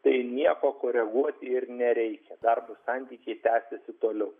tai nieko koreguoti ir nereikia darbo santykiai tęsiasi toliau